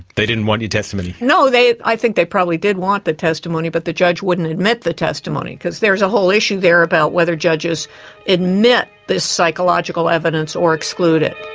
they didn't want your testimony. no, i think they probably did want the testimony but the judge wouldn't admit the testimony because there's a whole issue there about whether judges admit this psychological evidence or exclude it.